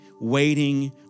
waiting